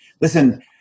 listen